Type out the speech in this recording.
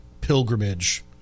pilgrimage